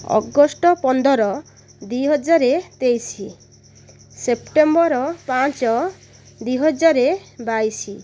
August ପନ୍ଦର ଦୁଇ ହଜାରେ ତେଇଶ ସେପ୍ଟେମ୍ବର ପାଞ୍ଚ ଦୁଇ ହଜାର ବାଇଶ